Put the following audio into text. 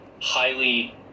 highly